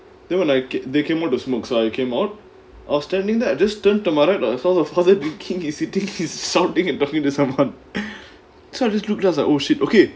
they were like they came out to smoke so I came out I was standing there then I just turn to my right lah so the father became he thinks he's something he's talking to someone so I just look then I was like oh shit okay